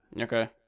Okay